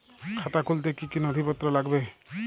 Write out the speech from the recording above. খাতা খুলতে কি কি নথিপত্র লাগবে?